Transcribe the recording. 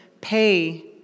pay